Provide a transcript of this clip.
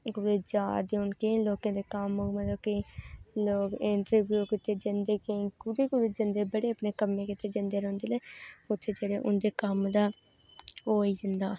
कुदै जा र दे होन केईं लोकें दे कम्म जंदे केईं कुदै कुदै जंदे बड़े अपने कम्में गितै जंदे रौंह्दे न उत्थै जेह्ड़े उदे कम्म दा होई जंदा